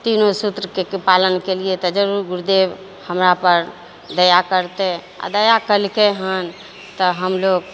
तीनू सूत्रके पालन केलियै तऽ जरूर गुरुदेव हमरा पर दया करतै आ दया केलकै हेँ तऽ हमलोग